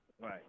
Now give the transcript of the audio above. Right